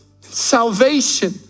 salvation